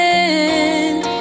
end